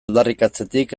aldarrikatzetik